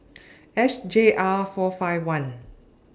S J R four five one